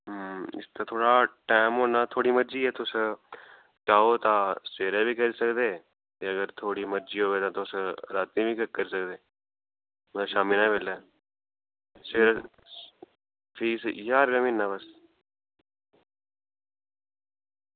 थुआढ़ा टैम होना थुआढ़ी मर्जी ऐ तुस चाहो तां सबेरै बी करी सकदे जेकर थुआढ़ी मर्जी होऐ तुस रातीं बी करी सकदे कुदै शामीं दे बेल्लै सबेरै फीस ज्हार रपेआ म्हीना बस